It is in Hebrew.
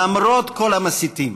למרות כל המסיתים,